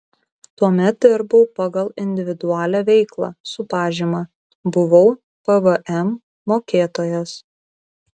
tuomet dirbau pagal individualią veiklą su pažyma buvau pvm mokėtojas